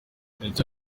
ndetse